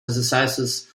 exercises